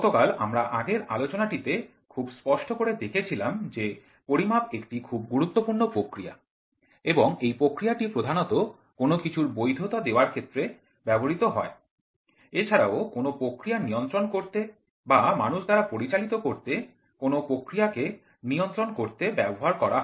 গতকাল আমরা আগের আলোচনা টিতে খুব স্পষ্ট করে দেখেছিলাম যে পরিমাপ একটি খুব গুরুত্বপূর্ণ প্রক্রিয়া এবং এই প্রক্রিয়াটি প্রধানত কোন কিছুর বৈধতা দেওয়ার ক্ষেত্রে ব্যবহৃত হয় এছাড়াও কোন প্রক্রিয়া নিয়ন্ত্রণ করতে বা মানুষ দ্বারা পরিচালিত কোন প্রক্রিয়াকে নিয়ন্ত্রণ করেতে ব্যবহার করা হয়